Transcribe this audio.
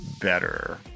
better